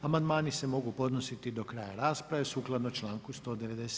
Amandmani se mogu podnositi do kraja rasprave, sukladno članku 197.